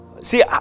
see